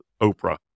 oprah